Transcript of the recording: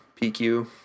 PQ